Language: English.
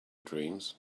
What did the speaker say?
dreams